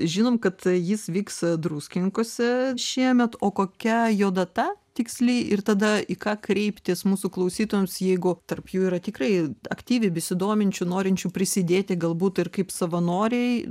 žinom kad jis vyks druskininkuose šiemet o kokia jo data tiksli ir tada į ką kreiptis mūsų klausytojams jeigu tarp jų yra tikrai aktyviai besidominčių norinčių prisidėti galbūt ir kaip savanoriai